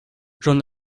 j’en